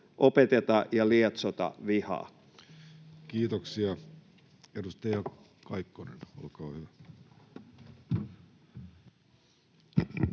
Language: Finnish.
opeteta ja lietsota vihaa. Kiitoksia. — Edustaja Kaikkonen, olkaa hyvä.